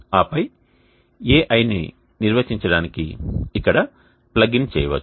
ఆపై ai ని నిర్వచించడానికి ఇక్కడ ప్లగ్ ఇన్ చేయవచ్చు